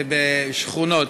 בשכונות.